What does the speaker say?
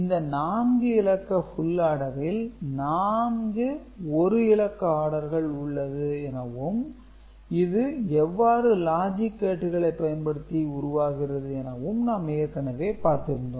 இந்த நான்கு இலக்க ஃபுல் ஆடரில் 4 ஒரு இலக்க ஆடர்கள் உள்ளது எனவும் இது எவ்வாறு லாஜிக் கேடுகளை பயன்படுத்தி உருவாகிறது எனவும் நாம் ஏற்கனவே பார்த்திருந்தோம்